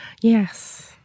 Yes